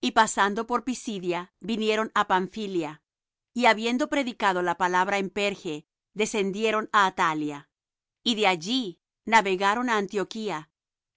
y pasando por pisidia vinieron á pamphylia y habiendo predicado la palabra en perge descendieron á atalia y de allí navegaron á antioquía